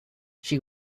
she